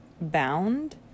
bound